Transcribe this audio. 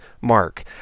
mark